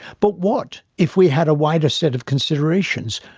but what if we had a wider set of considerations?